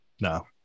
No